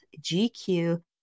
GQ